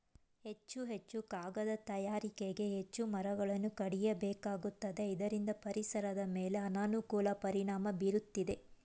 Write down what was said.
ಹೆಚ್ಚು ಹೆಚ್ಚು ಕಾಗದ ತಯಾರಿಕೆಗೆ ಹೆಚ್ಚು ಮರಗಳನ್ನು ಕಡಿಯಬೇಕಾಗುತ್ತದೆ ಇದರಿಂದ ಪರಿಸರದ ಮೇಲೆ ಅನಾನುಕೂಲ ಪರಿಣಾಮ ಬೀರುತ್ತಿದೆ